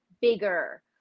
bigger